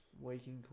Waking